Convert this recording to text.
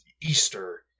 Easter